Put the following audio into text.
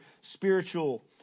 spiritual